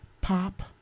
Pop